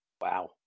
Wow